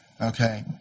Okay